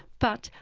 but,